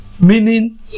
Meaning